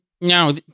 No